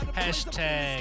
hashtag